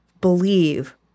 believe